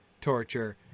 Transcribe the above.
torture